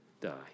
die